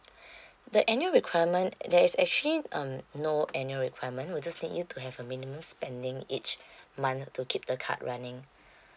the annual requirement there is actually um no annual requirement we'll just need you to have a minimum spending each month to keep the card running